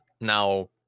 now